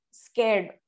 scared